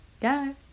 guys